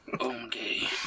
Okay